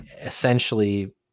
essentially